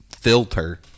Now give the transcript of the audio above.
filter